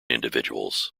individuals